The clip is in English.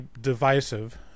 divisive